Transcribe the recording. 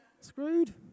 Screwed